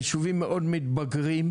היישובים מאוד מתבגרים.